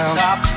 Stop